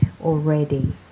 already